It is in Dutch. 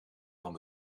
van